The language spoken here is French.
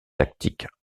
tactiques